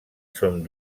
són